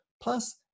Plus